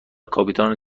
کاپیتان